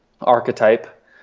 archetype